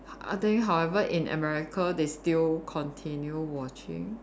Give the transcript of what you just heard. I think however in America they still continue watching